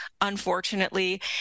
unfortunately